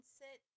sit